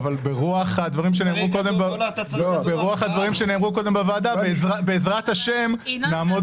ברוח הדברים שנאמרו קודם בוועדה, בעזרת השם, נעמוד